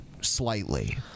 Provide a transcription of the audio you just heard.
slightly